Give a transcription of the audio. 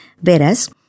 Whereas